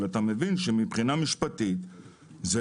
אבל מבחינה משפטית,